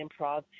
improv